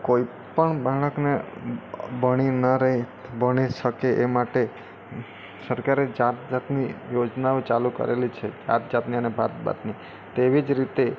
કોઈપણ બાળકને ભણી ન રહે ભણી શકે એ માટે સરકારે જાત જાતની યોજનાઓ ચાલુ કરેલી છે જાત જાતની અને ભાત ભાતની તેવી જ રીતે